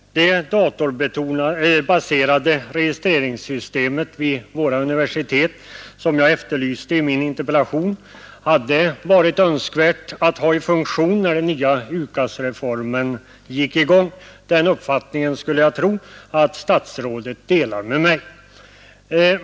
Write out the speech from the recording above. Det datorbaserade registreringssystemet vid våra universitet, som jag efterlyste i min interpellation, hade det varit önskvärt att ha i funktion när den nya UKAS-reformen trädde i kraft. Den uppfattningen skulle jag tro att statsrådet delar.